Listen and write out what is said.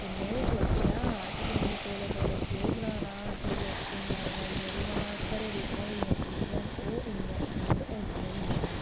ते में सोचेआ कि इन्नी तौले तौले केह् बनाना ते लोकें गी अजकल्ल जेह्ड़ियां घरै दी बनाई दियां चीजां न ओह् इन्नियां पसंद औंदियां बी निं हैन